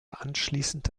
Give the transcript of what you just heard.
anschließend